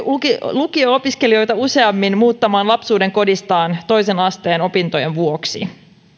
lukio opiskelijoita useammin muuttamaan lapsuudenkodistaan toisen asteen opintojen vuoksi